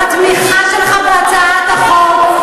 בתמיכה שלך בהצעת החוק,